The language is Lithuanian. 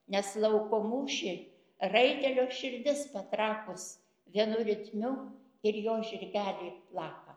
nes lauko mūšyj raitelio širdis patrakus vienu ritmiu ir jo žirgeliui plaka